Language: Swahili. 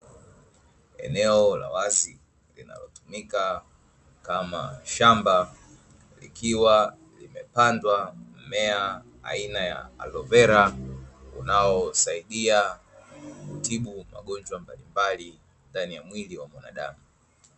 Eneo la wazi linalo tumika kama shamba, likiwa limepandwa mmea aina ya alovera unaosaidia kutibu magonjwa mbalimbali ndani ya mwili wa mwanadamu.